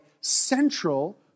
central